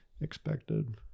expected